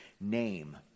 name